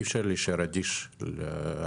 אי אפשר להישאר אדיש לדברייך,